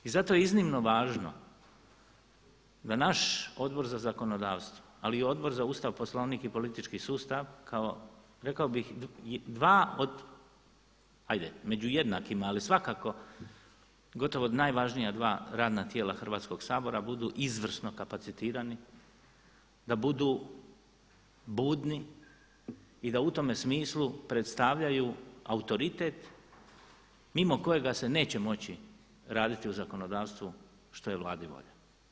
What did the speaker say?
I zato je iznimno važno da naš Odbor za zakonodavstvo ali i Odbor za Ustav, Poslovnik i politički sustav kao rekao bih dva ajde među jednakima, ali svakako gotovo najvažnija dva radna tijela Hrvatskog sabora budu izvrsno kapacitirani, da budu budni i da u tome smislu predstavljaju autoritet mimo kojega se neće moći raditi u zakonodavstvu što je Vladi volja.